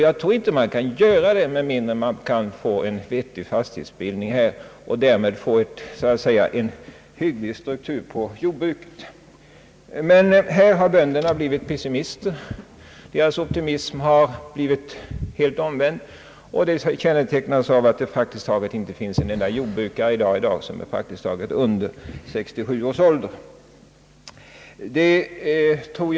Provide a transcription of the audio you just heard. Jag tror inte man kan göra det med mindre man får en vettig fastighetsbildning och därmed också en hygglig struktur på jordbruket.. Men böndernas optimism härvidlag har förbytts i pessimism, och detta kommer till uttryck i att det i dag prak tiskt taget inte finns en enda jordbrukare under 67 års ålder i denna socken.